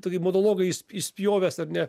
tokį monologą iš išspjovęs ar ne